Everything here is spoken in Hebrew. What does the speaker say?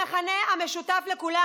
המכנה המשותף לכולם,